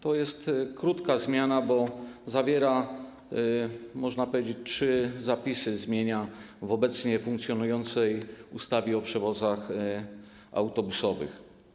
To jest krótka zmiana, bo zawiera, można powiedzieć, trzy zapisy, zmienia trzy rzeczy w obecnie funkcjonującej ustawie o przewozach autobusowych.